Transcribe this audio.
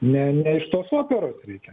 ne ne iš tos operos reikia